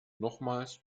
nochmals